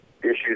issues